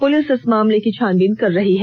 police इस मामले की छानबीन कर रही है